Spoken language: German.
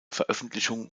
veröffentlichung